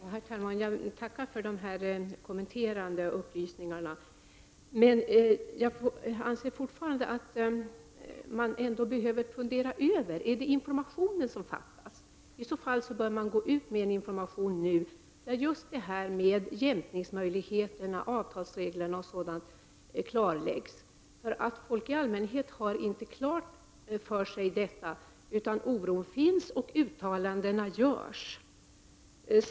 Herr talman! Jag tackar för de kompletterande upplysningarna. Jag anser emellertid fortfarande att statsrådet måste fundera över om det är information som behövs. I så fall bör det ges information nu där jämkningsmöjligheter, avtalsregler, osv. klarläggs. Folk i allmänhet har nämligen inte detta klart för sig, utan oron finns och uttalanden görs.